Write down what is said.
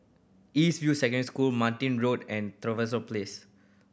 East View Secondary School Martin Road and Trevose Place